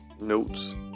notes